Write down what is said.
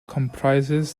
comprises